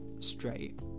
Straight